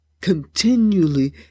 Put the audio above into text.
continually